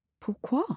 Pourquoi